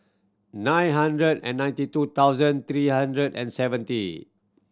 nine hundred and ninety two thousand three hundred and seventy